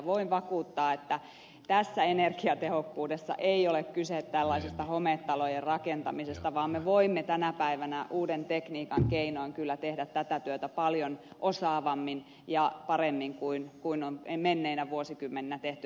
voin vakuuttaa että tässä energiatehokkuudessa ei ole kyse hometalojen rakentamisesta vaan me voimme tänä päivänä uuden tekniikan keinoin kyllä tehdä tätä työtä paljon osaavammin ja paremmin kuin on menneinä vuosikymmeninä tehty